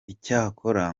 icyakora